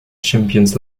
champions